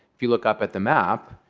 if you look up at the map,